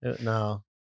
no